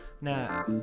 Now